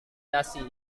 dasi